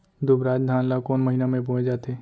दुबराज धान ला कोन महीना में बोये जाथे?